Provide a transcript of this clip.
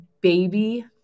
baby